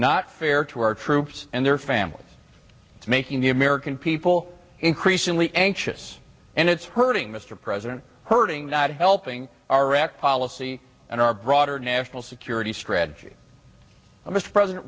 not fair to our troops and their families it's making the american people increasingly anxious and it's hurting mr president hurting not helping our wrecked policy and our broader national security strategy mr president